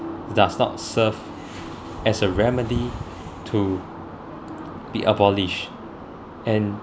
does not serve as a remedy to the abolished and